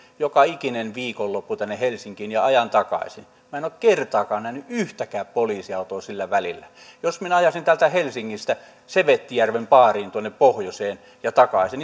joka ikinen viikonloppu tänne helsinkiin ja ajan takaisin en ole kertaakaan nähnyt yhtäkään poliisiautoa sillä välillä jos minä ajaisin täältä helsingistä sevettijärven baariin tuonne pohjoiseen ja takaisin